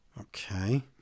Okay